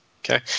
Okay